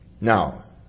Now